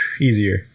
Easier